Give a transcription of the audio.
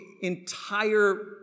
entire